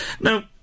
Now